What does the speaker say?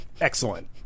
Excellent